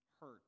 hurt